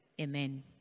Amen